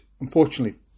unfortunately